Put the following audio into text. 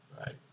Right